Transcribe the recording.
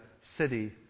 city